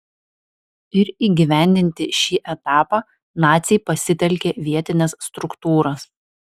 ir įgyvendinti šį etapą naciai pasitelkė vietines struktūras